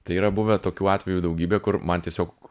tai yra buvę tokių atvejų daugybė kur man tiesiog